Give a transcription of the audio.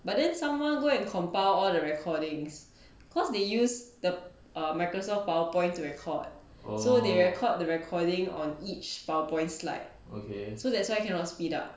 but then someone go and compile all the recordings cause they use the microsoft power point to record so they record the recording on each power points slide so that's why cannot speed up